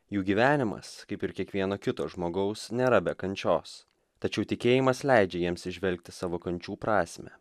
jų gyvenimas kaip ir kiekvieno kito žmogaus nėra be kančios tačiau tikėjimas leidžia jiems įžvelgti savo kančių prasmę